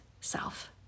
self